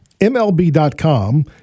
MLB.com